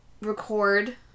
record